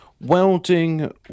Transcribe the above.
Welding